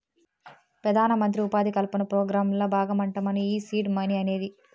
పెదానమంత్రి ఉపాధి కల్పన పోగ్రాంల బాగమంటమ్మను ఈ సీడ్ మనీ అనేది